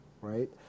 right